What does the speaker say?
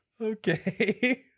Okay